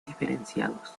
diferenciados